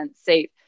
safe